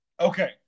Okay